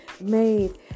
made